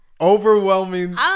Overwhelming